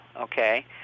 okay